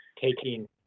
taking